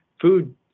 food